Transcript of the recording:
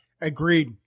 Agreed